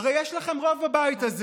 הרי יש לכם רוב בבית הזה.